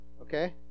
Okay